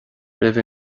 roimh